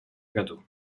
году